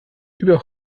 über